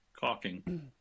caulking